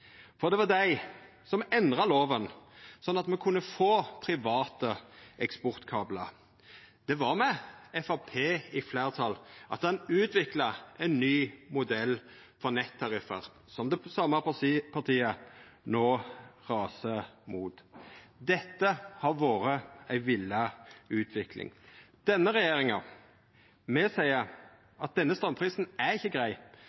for det var dei som endra lova, slik at me kunne få private eksportkablar. Det var med Framstegspartiet i fleirtal at ein utvikla ein ny modell for nettariffar som det same partiet no rasar mot. Dette har vore ei vilja utvikling. Med denne regjeringa seier me at denne straumprisen er ikkje grei.